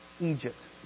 Egypt